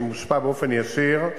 שמושפע באופן ישיר,